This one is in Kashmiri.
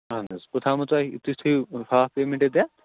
اَہَن حظ بہٕ تھامو تۄہہِ تُہۍ تھٲیِو ہاف پیمینٛٹ ییٚتٮ۪تھ